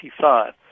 1985